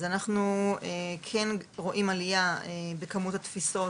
אז אנחנו כן רואים עלייה בכמות התפיסות